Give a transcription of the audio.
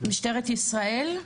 במשטרת ישראל.